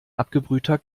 abgebrühter